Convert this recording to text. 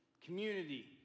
community